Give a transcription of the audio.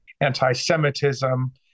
anti-Semitism